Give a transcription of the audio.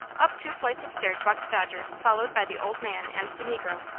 up two flights of stairs walked dodger, followed by the old man and the negro.